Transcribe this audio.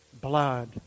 blood